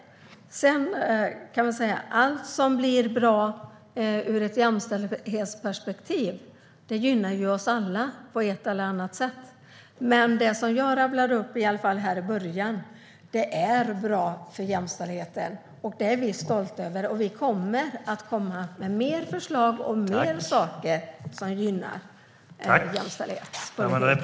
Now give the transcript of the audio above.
Allt som blir bra ur ett jämställdhetsperspektiv gynnar oss alla på ett eller annat sätt. Men det som jag rabblade upp i början är bra för jämställdheten. Det är vi stolta över. Vi kommer att komma med fler förslag och fler saker som gynnar jämställdheten.